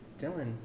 Dylan